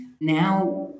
now